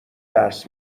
درس